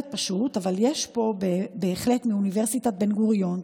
מאוניברסיטת בן-גוריון,